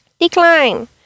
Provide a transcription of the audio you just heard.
Decline